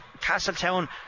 Castletown